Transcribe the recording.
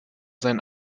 sein